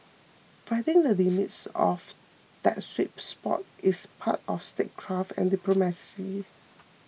finding the limits of that sweet spot is part of statecraft and diplomacy